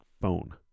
phone